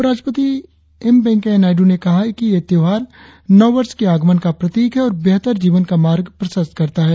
उपराष्ट्रपति वेंकैया नायडू ने कहा कि ये त्यौहार नव वर्ष के आगमन का प्रतीक है और बेहतर जीवन का मार्ग प्रशस्त करता है